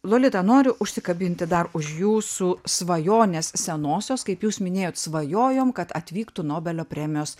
lolita noriu užsikabinti dar už jūsų svajonės senosios kaip jūs minėjot svajojom kad atvyktų nobelio premijos